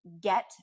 get